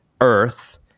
Earth